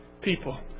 people